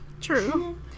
true